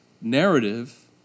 narrative